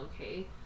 okay